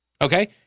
okay